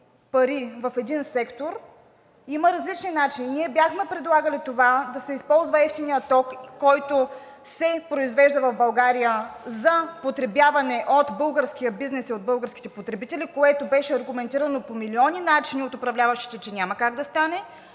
пари в един сектор, има различни начини. Ние бяхме предлагали това – да се използва евтиният ток, който се произвежда в България, за потребяване от българския бизнес и от българските потребители, което беше аргументирано по милиони начини от управляващите, че няма как да стане